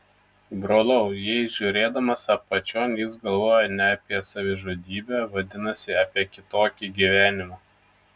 brolau jei žiūrėdamas apačion jis galvojo ne apie savižudybę vadinasi apie kitokį gyvenimą